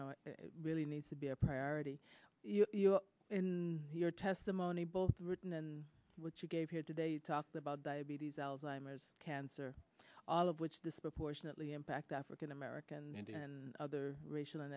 it really needs to be a priority in your testimony both written and what you gave here today talked about diabetes alzheimer's cancer all of which disproportionately impact african americans and other racial